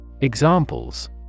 Examples